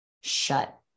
shut